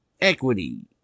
equity